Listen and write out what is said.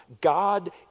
God